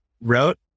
wrote